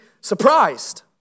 surprised